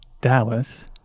Dallas